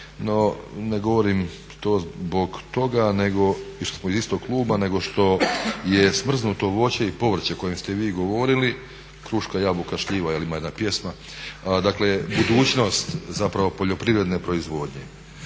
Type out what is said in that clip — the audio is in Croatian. ne govorim to zbog toga i što smo iz istog kluba nego što je smrznuto voće i povrće o kojem ste vi govorili, kruška, jabuka, šljiva ima jedna pjesma, dakle budućnost zapravo poljoprivredne proizvodnje.